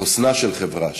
חוסנה של חברה,